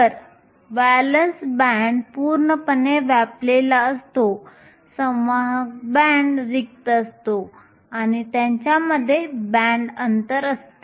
तर valence band पूर्णपणे व्यापलेला असतो संवाहक बँड रिक्त असतो आणि त्यांच्यामध्ये बँड अंतर असते